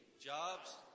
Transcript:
jobs